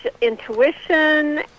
intuition